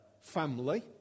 family